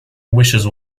wishes